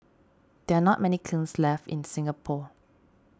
there are not many kilns left in Singapore